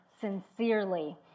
sincerely